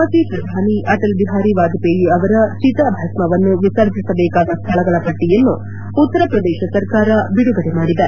ಮಾಜಿ ಪ್ರಧಾನಿ ಅಟಲ್ ಬಿಹಾರಿ ವಾಜಪೇಯಿ ಅವರ ಚಿತಾಭಸ್ಥವನ್ನು ವಿಸರ್ಜಿಸಬೇಕಾದ ಸ್ಥಳಗಳ ಪಟ್ಟಯನ್ನು ಉತ್ತರಪ್ರದೇಶ ಸರ್ಕಾರ ಬಿಡುಗಡೆ ಮಾಡಿದೆ